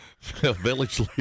village